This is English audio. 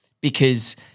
because-